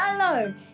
alone